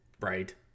right